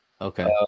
Okay